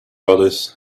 others